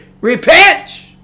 Repent